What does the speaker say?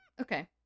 okay